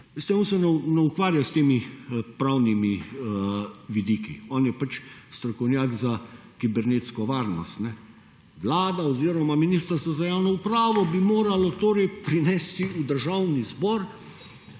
on se ne ukvarja s temi pravnimi vidiki, on je strokovnjak za kibernetsko varnost. Vlada oziroma Ministrstvo za javno upravo bi moralo prinesti v Državni zbor